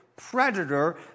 Predator